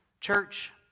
Church